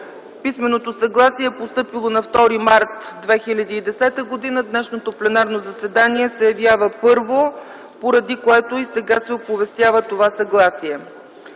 Писменото съгласие е постъпило на 2 март 2010 г. Днешното пленарно заседание се явява първо, поради което и сега се оповестява това съгласие.